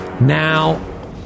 Now